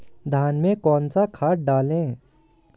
धान में कौन सा खाद डालें?